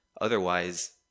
otherwise